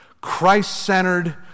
Christ-centered